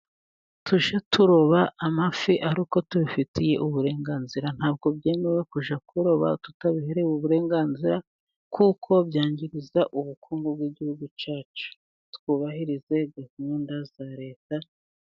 Tujye turoba amafi ari uko tubifitiye uburenganzira. Ntabwo byemewe kujya kuroba tutabiherewe uburenganzira, kuko byangiza ubukungu bw'igihugu cyacu. Twubahiririze gahunda za Leta.